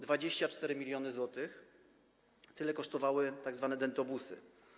24 mln zł - tyle kosztowały tzw. dentobusy.